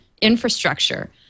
infrastructure